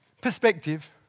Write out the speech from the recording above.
perspective